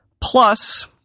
Plus